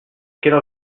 quelle